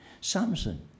Samson